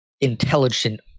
intelligent